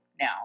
now